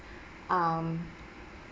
um